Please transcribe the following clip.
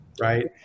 right